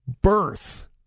birth